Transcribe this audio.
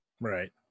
Right